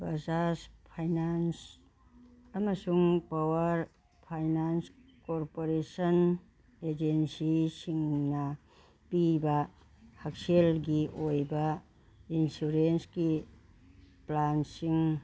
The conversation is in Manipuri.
ꯕꯖꯥꯖ ꯐꯥꯏꯅꯥꯟꯁ ꯑꯃꯁꯨꯡ ꯄꯋꯥꯔ ꯐꯥꯏꯅꯥꯟꯁ ꯀꯣꯔꯄꯣꯔꯦꯁꯟ ꯑꯦꯖꯦꯟꯁꯤꯁꯤꯡꯅ ꯄꯤꯕ ꯍꯛꯁꯦꯜꯒꯤ ꯑꯣꯏꯕ ꯏꯟꯁꯨꯔꯦꯟꯁꯀꯤ ꯄ꯭ꯂꯥꯟꯁꯤꯡ